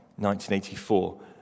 1984